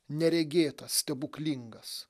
neregėtas stebuklingas